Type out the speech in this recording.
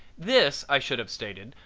this, i should have stated,